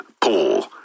Paul